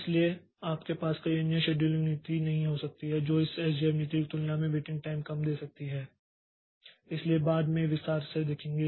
इसलिए आपके पास कोई अन्य शेड्यूलिंग नीति नहीं हो सकती है जो इस एसजेएफ नीति की तुलना में वेटिंग टाइम कम दे सकती है इसलिए बाद में विस्तार से देखेंगे